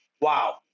Wow